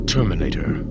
Terminator